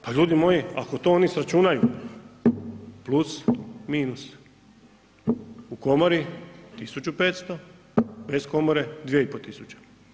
Pa ljudi moji ako to oni izračunaju plus, minus, u komori 1500, bez komore 2,5 tisuće.